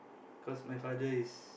cos my father is